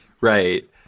Right